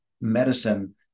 medicine